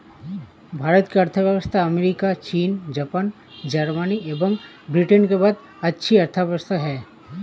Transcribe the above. भारत की अर्थव्यवस्था अमेरिका, चीन, जापान, जर्मनी एवं ब्रिटेन के बाद छठी अर्थव्यवस्था है